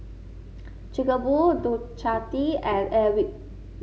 Chic A Boo Ducati and Airwick